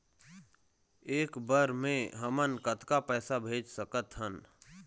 एक बर मे हमन कतका पैसा भेज सकत हन?